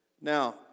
now